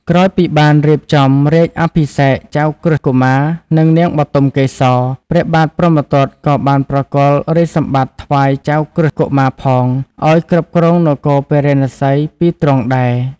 ក្រោយពីបានរៀបចំរាជអភិសេកចៅក្រឹស្នកុមារ និងនាងបុទមកេសរ ព្រះបាទព្រហ្មទត្តក៏បានប្រគល់រាជសម្បត្តិថ្វាយចៅក្រឹស្នកុមារផង ឱ្យគ្រប់គ្រងនគរពារាណសីពីទ្រង់ដែរ។